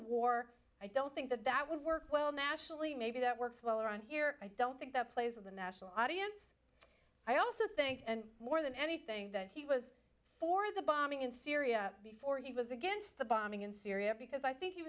war i don't think that that would work well nationally maybe that works well around here i don't think that plays of the national audience i also think and more than anything that he was for the bombing in syria before he was against the bombing in syria because i think he